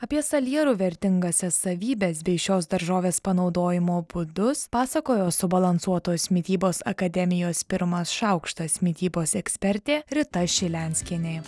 apie salierų vertingąsias savybes bei šios daržovės panaudojimo būdus pasakojo subalansuotos mitybos akademijos pirmas šaukštas mitybos ekspertė rita šilenskienė